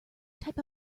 type